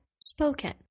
spoken